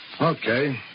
Okay